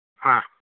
ಹಾಂ